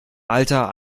alter